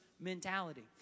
mentality